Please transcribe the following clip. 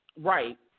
Right